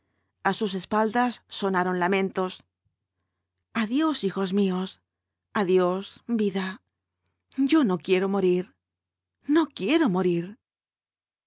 a sus espaldas sonaron lamentos adiós hijos míos adiós vida yo no quiero morir no quiero morir